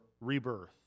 rebirth